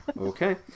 Okay